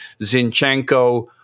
Zinchenko